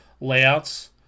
layouts